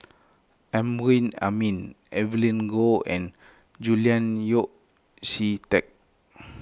Amrin Amin Evelyn Goh and Julian Yeo See Teck